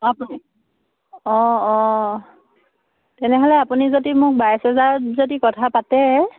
আপুনি অঁ অঁ তেনেহ'লে আপুনি যদি মোক বাইছ হেজাৰত যদি কথা পাতে